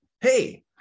Hey